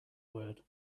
word